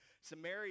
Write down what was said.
Samaria